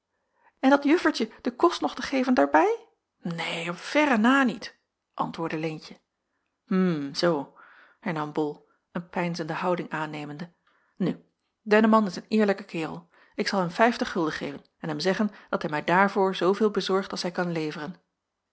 en dat juffertje de kost nog te geven daarbij neen op verre na niet antwoordde leentje hm zoo hernam bol een peinzende houding aannemende nu denneman is een eerlijke kerel ik zal hem vijftig gulden geven en hem zeggen dat hij mij daarvoor zooveel bezorgt als hij kan leveren